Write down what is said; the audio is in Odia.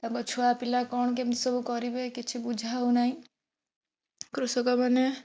ତାଙ୍କ ଛୁଆ ପିଲା କ'ଣ କେମିତି ସବୁ କରିବେ କିଛି ବୁଝା ହେଉନାହିଁ କୃଷକମାନେ